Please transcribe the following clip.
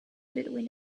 between